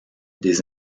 des